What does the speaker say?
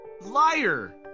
Liar